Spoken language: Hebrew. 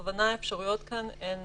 בכוונה האפשרויות כאן הן